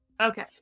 Okay